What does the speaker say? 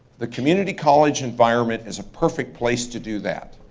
the community college environment is a perfect place to do that.